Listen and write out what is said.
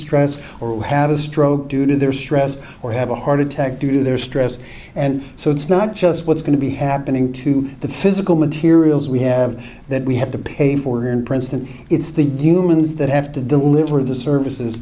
stress or who have a stroke due to their stress or have a heart attack do their stress and so it's not just what's going to be happening to the physical materials we have that we have to pay for in princeton it's the humans that have to deliver the services